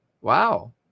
Wow